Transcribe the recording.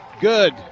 good